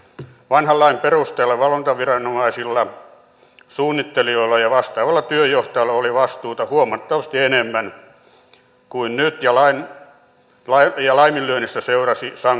vanhan lain perusteella valvontaviranomaisilla suunnittelijoilla ja vastaavalla työnjohtajalla oli vastuuta huomattavasti enemmän kuin nyt ja laiminlyönnistä seurasi sanktioita